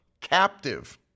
captive